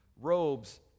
robes